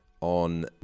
on